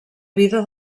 vida